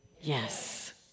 Yes